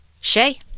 Shay